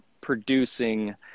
producing